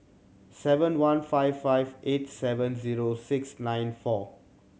seven one five five eight seven zero six nine four